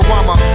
I'ma